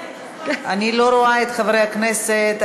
אני לא רואה את חברי הכנסת.